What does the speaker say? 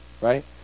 right